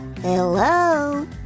Hello